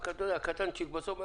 הדבר הזה, בסופו של דבר,